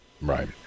Right